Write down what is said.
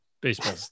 Baseball